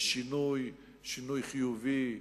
שינוי, שינוי חיובי,